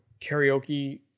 karaoke